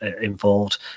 involved